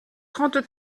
trente